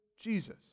Jesus